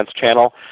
channel